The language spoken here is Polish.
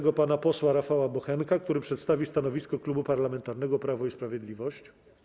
Proszę pana posła Rafała Bochenka, który przedstawi stanowisko Klubu Parlamentarnego Prawo i Sprawiedliwość.